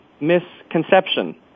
Misconception